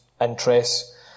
interests